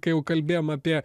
kai jau kalbėjom apie